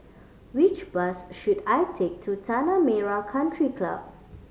which bus should I take to Tanah Merah Country Club